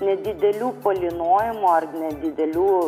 nedidelių palynojimų ar nedidelių